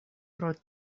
pro